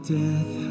death